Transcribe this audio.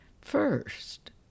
First